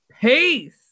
peace